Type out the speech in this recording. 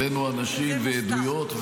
הבאנו אנשים ועדויות,